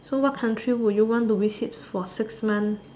so what country would you want to visit for six months